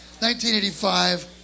1985